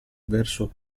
verso